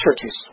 churches